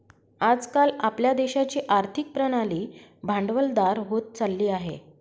आज काल आपल्या देशाची आर्थिक प्रणाली भांडवलदार होत चालली आहे